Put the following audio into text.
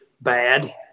bad